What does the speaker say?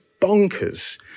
bonkers